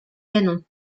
canons